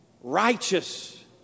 righteous